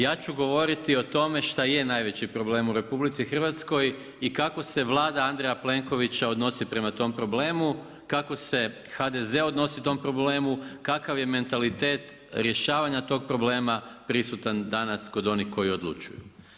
Ja ću govoriti o tome što je najveći problem u RH i kako se Vlada Andreja Plenkovića, odnosi prema tom problemu, kako se HZD odnosi prema tom problemu, kakav je mentalitet rješavanje tog problema prisutan danas kod onih koji odlučuju.